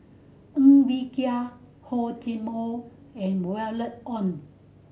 Ng Bee Kia Hor Chim Or and Violet Oon